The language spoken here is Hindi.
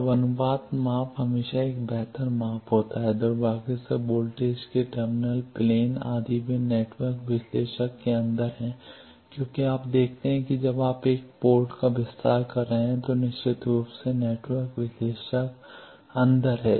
अब अनुपात माप हमेशा एक बेहतर माप होता है दुर्भाग्य से वोल्टेज के टर्मिनल प्लेन आदि वे नेटवर्क विश्लेषक के अंदर हैं क्योंकि आप देखते हैं कि जब आप एक पोर्ट का विस्तार कर रहे हैं तो निश्चित रूप से नेटवर्क विश्लेषक अंदर है